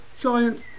giant